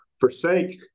forsake